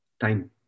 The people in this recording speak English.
time